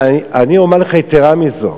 אומר לך, יתירה מזו,